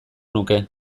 nuke